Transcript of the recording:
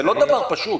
זה לא דבר פשוט.